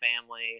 family